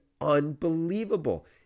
unbelievable